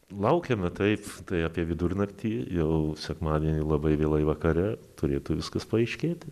laukiame taip tai apie vidurnaktį jau sekmadienį labai vėlai vakare turėtų viskas paaiškėti